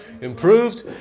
improved